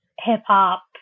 hip-hop